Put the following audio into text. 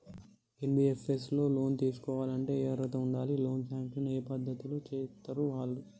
NBFS లో loan తీస్కోవాలంటే ఏం అర్హత ఉండాలి? లోన్ సాంక్షన్ ఏ పద్ధతి లో చేస్తరు వాళ్లు?